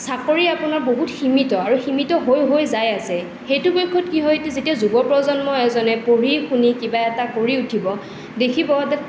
চাকৰি আপোনাৰ বহুত সীমিত আৰু সীমিত হৈ যায় আছে সেইটো বেগত কি হয় এতিয়া যুৱ প্ৰজন্ম এজনে পঢ়ি শুনি কিবা এটা কৰি উঠিব দেখিব